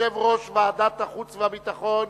יושב-ראש ועדת החוץ והביטחון,